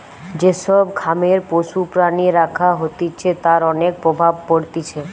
যে সব খামারে পশু প্রাণী রাখা হতিছে তার অনেক প্রভাব পড়তিছে